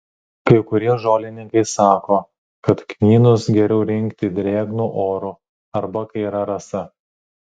kai kurie žolininkai sako kad kmynus geriau rinkti drėgnu oru arba kai yra rasa